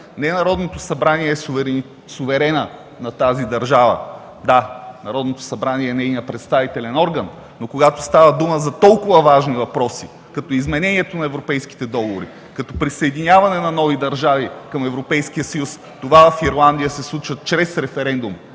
Не Народното събрание е суверенът на тази държава. Да, Народното събрание е нейният представителен орган, но когато става дума за толкова важни въпроси – като изменението на европейските договори, като присъединяване на нови държави към Европейския съюз, това в Ирландия се случва чрез референдум.